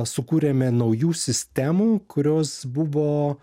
sukūrėme naujų sistemų kurios buvo